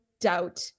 doubt